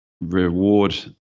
reward